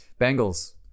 Bengals